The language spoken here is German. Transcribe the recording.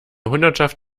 hundertschaft